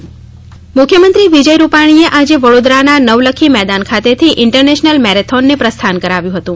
marathon મુખ્યમંત્રી વિજય રૂપાણીએ આજે વડોદરાના નવલખી મેદાન ખાતે થી ઇન્ટરનેશનલ મેરેથોનને પ્રસ્થાન કરાવ્યું હતું